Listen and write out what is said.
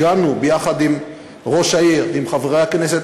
הגענו ביחד עם ראש העיר ועם חברי הכנסת